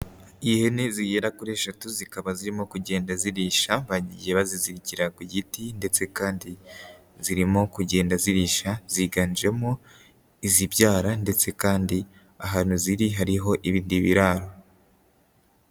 Ihene zigera kuri eshatu zikaba zirimo kugenda zirisha bagiye bazizirikira ku giti ndetse kandi, zirimo kugenda zirisha, ziganjemo izibyara ndetse kandi ahantu ziri hariho ibindi biraro.